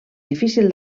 difícil